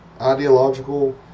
ideological